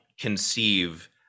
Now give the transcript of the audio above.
conceive